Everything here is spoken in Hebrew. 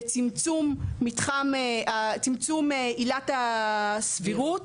לצמצום עילת הסבירות,